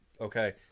Okay